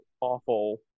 awful